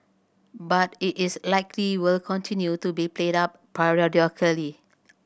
but it is likely will continue to be played up periodically